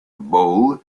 bowl